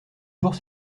jours